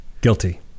Guilty